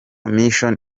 mission